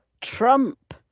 trump